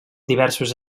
diversos